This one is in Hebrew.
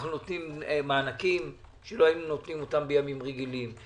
אנחנו נותנים מענקים שלא היינו נותנים אותם בימים רגילים,